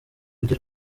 igira